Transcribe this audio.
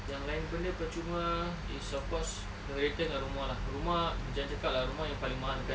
yang lain benda percuma is of course kereta dengan rumah lah rumah jangan cakap rumah yang paling mahal